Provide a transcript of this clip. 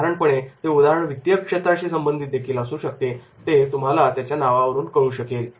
साधारणपणे ते उदाहरण वित्तीय क्षेत्राशी संबंधित देखील असू शकते आणि ते तुम्हाला त्याच्या नावावरून कळू शकेल